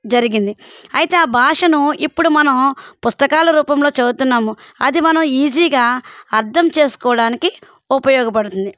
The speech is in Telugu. జరిగింది అయితే ఆ భాషను ఇప్పుడు మనం పుస్తకాలు రూపంలో చదువుతున్నాము అది మనం ఈజీగా అర్థం చేసుకోడానికి ఉపయోగపడుతుంది